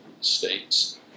states